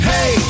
Hey